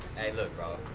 hey look bro,